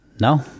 No